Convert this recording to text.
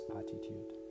attitude